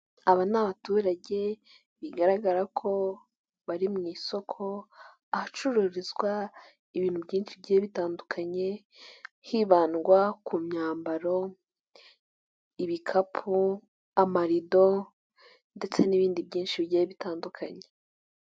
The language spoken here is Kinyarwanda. Aba ni abaturage bigaragara ko bari mu isoko ahacururizwa ibintu byinshi bigiye bitandukanye hibandwa ku myambaro, ibikapu, amarido ndetse n'ibindi byinshi bigiye bitandukanye.